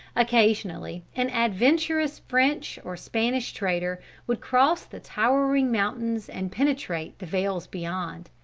occasionally an adventurous french or spanish trader would cross the towering mountains and penetrate the vales beyond.